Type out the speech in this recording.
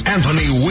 Anthony